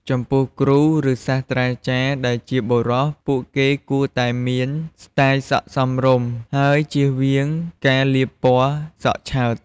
ចំពោះគ្រូ ឬ សាស្ត្រាចារ្យដែលជាបុរស ពួកគេគួរតែមានស្ទាយសក់សមរម្យ ហើយចៀសវាង ការលាបពណ៌សក់ឆើត។